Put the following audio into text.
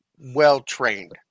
well-trained